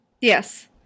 Yes